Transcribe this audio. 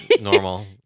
Normal